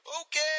okay